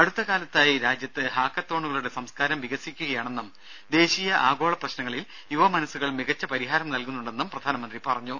അടുത്തകാലത്തായി രാജ്യത്ത് ഹാക്കത്തോണുകളുടെ സംസ്കാരം വികസിക്കുകയാണെന്നും ദേശീയ ആഗോള പ്രശ്നങ്ങളിൽ യുവമനസ്സുകൾ മികച്ച പരിഹാരം നൽകുന്നുണ്ടെന്നും പ്രധാനമന്ത്രി പറഞ്ഞു